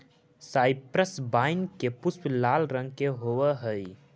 cypress vine के पुष्प लाल रंग के होवअ हई